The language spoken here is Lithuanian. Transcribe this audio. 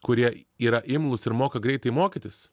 kurie yra imlūs ir moka greitai mokytis